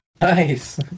Nice